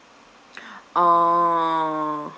orh